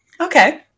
Okay